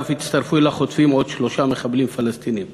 ואף הצטרפו אל החוטפים עוד שלושה מחבלים פלסטינים.